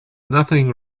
nothing